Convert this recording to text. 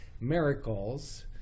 miracles